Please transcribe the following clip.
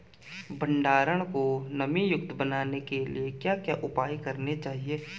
भंडारण को नमी युक्त बनाने के लिए क्या क्या उपाय करने चाहिए?